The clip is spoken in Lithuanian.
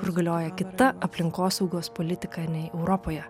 kur galioja kita aplinkosaugos politika nei europoje